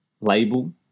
label